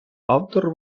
автор